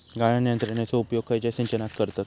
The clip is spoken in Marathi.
गाळण यंत्रनेचो उपयोग खयच्या सिंचनात करतत?